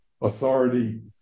authority